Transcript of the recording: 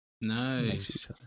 Nice